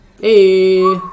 Hey